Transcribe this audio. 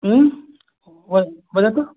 वद वदतु